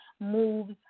moves